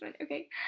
Okay